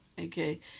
okay